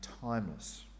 timeless